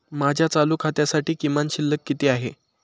माझ्या चालू खात्यासाठी किमान शिल्लक किती आहे?